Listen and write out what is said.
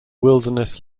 wilderness